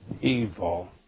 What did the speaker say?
evil